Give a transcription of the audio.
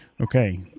Okay